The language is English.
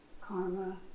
karma